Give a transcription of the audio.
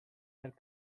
del